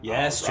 Yes